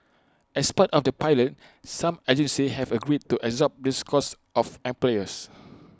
as part of the pilot some agencies have agreed to absorb this cost of employers